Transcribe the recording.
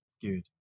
Good